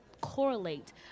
correlate